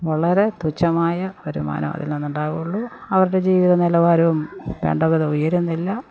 വളരെ തുച്ഛമായ വരുമാനം അതിൽ നിന്നുണ്ടാകുള്ളൂ അവരുടെ ജീവിത നിലവാരവും വേണ്ടവിധം ഉയരുന്നില്ല